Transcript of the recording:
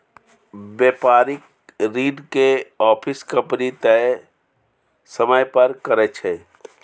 बेपारिक ऋण के आपिस कंपनी तय समय पर करै छै